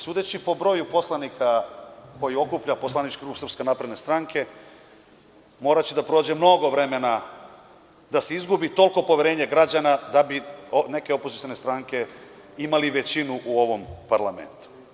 Sudeći po broju poslanika koji okuplja poslanička grupa Srpske napredne stranke, moraće da prođe mnogo vremena da se izgubi toliko poverenje građana da bi neke opozicione stranke imale većinu u ovom parlamentu.